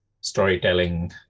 storytelling